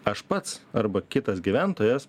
aš pats arba kitas gyventojas